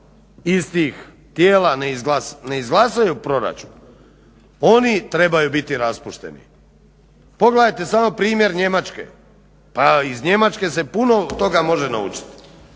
iz tih tijela ne izglasaju proračun oni trebaju biti raspušteni. Pogledajte samo primjer Njemačke. Pa iz Njemačke se puno toga može naučiti